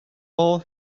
all